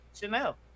Chanel